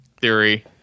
theory